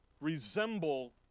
resemble